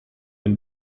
and